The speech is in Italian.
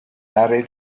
aree